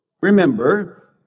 Remember